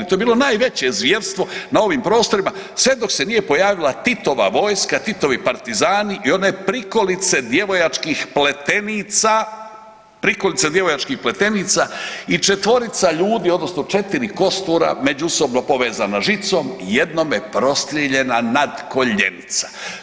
To je bilo najveće zvjerstvo na ovih prostorima sve dok se nije pojavila Titova vojska, Titovi partizani i one prikolice djevojačkih pletenica, prikolice djevojačkih pletenica i četvorica ljudi, odnosno 4 kostura međusobno povezana žicom, jednome prostrijeljena natkoljenica.